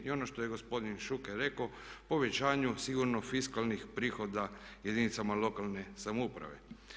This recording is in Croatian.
I ono što je gospodin Šuker rekao povećanju sigurno fiskalnih prihoda jedinicama lokalne samouprave.